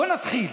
בוא נתחיל,